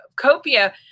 Copia